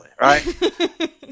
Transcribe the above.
right